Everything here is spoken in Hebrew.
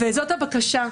זאת הבקשה,